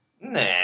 nah